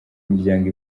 imiryango